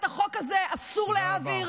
את החוק הזה אסור להעביר.